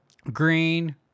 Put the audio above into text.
green